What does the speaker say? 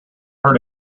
heard